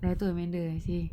then I told amanda I say